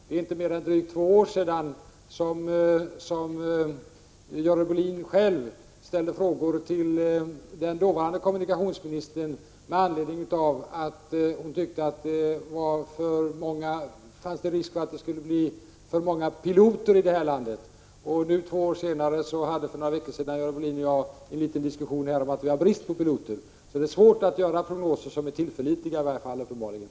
Det är inte mer än drygt två år sedan som Görel Bohlin själv ställde frågor till den dåvarande kommunikationsministern med anledning av att hon tyckte att det fanns risk för att vi skulle få för många piloter här i landet. För några veckor sedan — alltså två år senare — hade Görel Bohlin och jag en liten diskussion om att det är brist på piloter. Det är alltså svårt att göra prognoser, i varje fall sådana som är tillförlitliga.